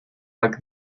like